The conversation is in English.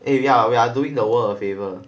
eh yeah we're doing the world a favour